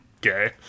Gay